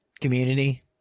community